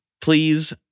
Please